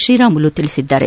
ತ್ರೀರಾಮುಲು ಹೇಳಿದ್ದಾರೆ